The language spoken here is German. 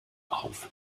auf